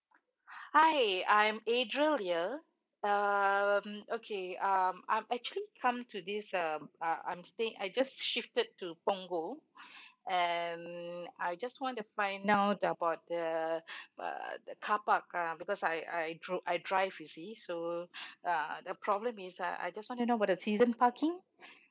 hi I'm adriel here um okay um I'm actually come to this um I I'm staying I just shifted to punggol and I just want to find out about the par~ the car park um because I I drew~ I drive you see so uh the problem is uh I just want to know what is season parking